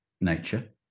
nature